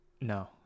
No